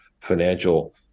financial